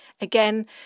again